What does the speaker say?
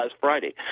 Friday